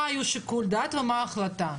מה היו שיקול הדעת ומה ההחלטה.